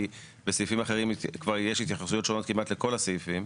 כי בסעיפים אחרים כבר יש התייחסויות שונות כמעט לכל הסעיפים.